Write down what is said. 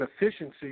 efficiency